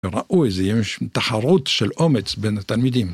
וראו איזו תחרות של אומץ בין התלמידים.